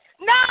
No